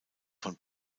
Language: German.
von